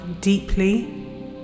deeply